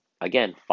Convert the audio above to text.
again